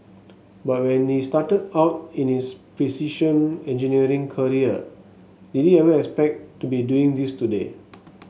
but when he started out in his precision engineering career did he ever expect to be doing this today